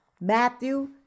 Matthew